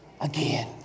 again